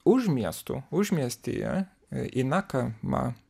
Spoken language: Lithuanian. už miestų užmiestyje į nakamą